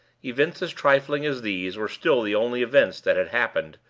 events as trifling as these were still the only events that had happened,